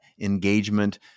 engagement